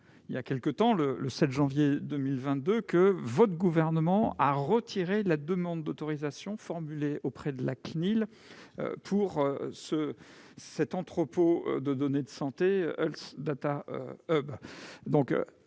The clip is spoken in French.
Nous apprenions, le 7 janvier 2022, que le Gouvernement avait retiré la demande d'autorisation formulée auprès de la CNIL pour l'entrepôt de données de santé dit Health Data Hub. Avec